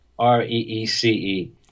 R-E-E-C-E